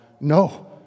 No